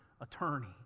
attorney